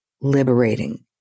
liberating